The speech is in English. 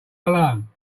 alone